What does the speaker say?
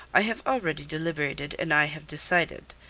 i have already deliberated, and i have decided.